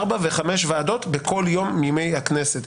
וארבע וחמש ועדות בכל יום מימי הכנסת,